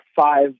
five